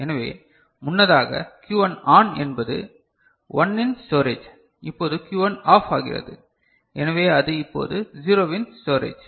எனவே முன்னதாக Q1 ON என்பது 1 இன் ஸ்டோரேஜ் இப்போது Q1 ஆஃப் ஆகிறது எனவே அது இப்போது 0வின் ஸ்டோரேஜ்